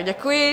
Děkuji.